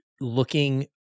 looking